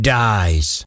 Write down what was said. dies